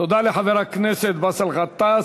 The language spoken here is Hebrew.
תודה לחבר הכנסת באסל גטאס.